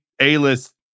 A-list